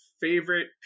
favorite